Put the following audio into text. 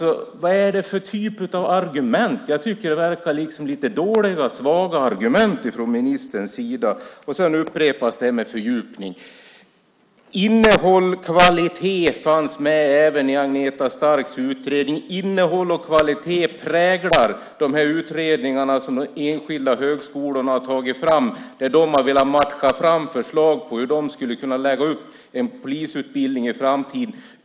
Vad är det för typ av argument? Jag tycker att det är dåliga och svaga argument från ministerns sida. Frågan om fördjupning upprepas. Innehåll och kvalitet fanns med även i Agneta Starks utredning. Innehåll och kvalitet präglar de utredningar som de enskilda högskolorna har tagit fram när de har velat matcha fram förslag på hur de skulle kunna lägga upp en polisutbildning i framtiden.